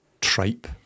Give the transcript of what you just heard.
tripe